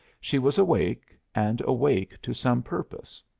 she was awake and awake to some purpose.